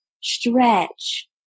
stretch